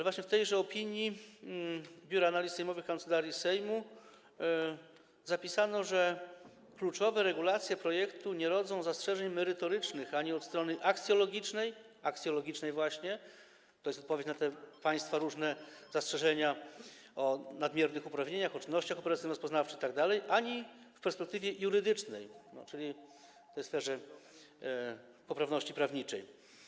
W tejże opinii Biura Analiz Sejmowych Kancelarii Sejmu zapisano, że kluczowe regulacje projektu nie rodzą zastrzeżeń merytorycznych ani od strony aksjologicznej - to jest właśnie odpowiedź na te państwa różne zastrzeżenia mówiące o nadmiernych uprawnieniach, o czynnościach operacyjno-rozpoznawczych itd. - ani w perspektywie jurydycznej, czyli w tej sferze poprawności prawniczej.